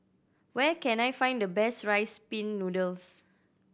where can I find the best Rice Pin Noodles